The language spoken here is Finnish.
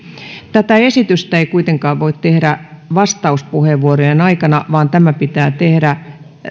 tätä esitystä ei kuitenkaan voi tehdä vastauspuheenvuorojen aikana vaan tämä pitää tehdä